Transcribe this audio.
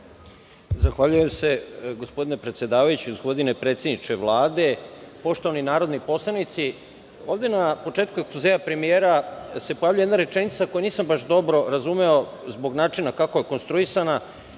Zahvaljujem se, gospodine predsedavajući. Gospodine predsedniče Vlade, poštovani narodni poslanici, na početku ekspozea premijera se pojavljuje jedna rečenica, koju nisam baš dobro razumeo zbog načina kako je konstruisana.